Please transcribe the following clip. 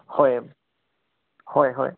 হয় হয় হয়